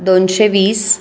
दोनशे वीस